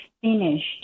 finished